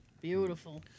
Beautiful